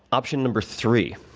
option number three,